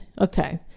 okay